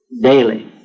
daily